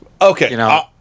Okay